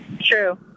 true